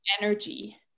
energy